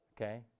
Okay